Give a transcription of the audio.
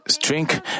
drink